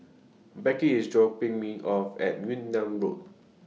Becky IS dropping Me off At Yunnan Road